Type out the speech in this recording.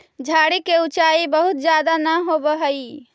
झाड़ि के ऊँचाई बहुत ज्यादा न होवऽ हई